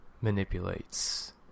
manipulates